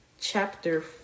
chapter